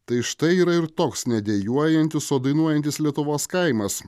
tai štai yra ir toks nedejuojantis o dainuojantis lietuvos kaimas